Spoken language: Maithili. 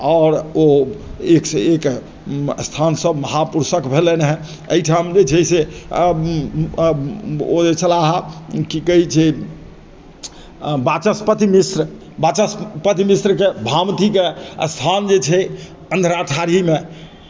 आओर ओ एक सँ एक स्थान सब महापुरुषक भेलनि हेँ अइठाम जे छै से ओ जे छलाह हइ की कहय छै वाचस्पति मिश्र वाचस्पति मिश्रके भामतिके स्थान जे छै अन्धराठाढ़ीमे